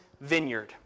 vineyard